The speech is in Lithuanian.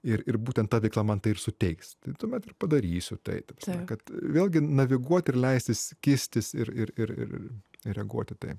ir ir būtent ta veikla man tai ir suteiks tuomet ir padarysiu tai kad vėlgi naviguot ir leistis kistis ir ir ir ir reaguot į tai